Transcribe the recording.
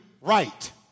right